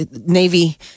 Navy